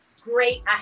great